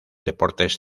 deportes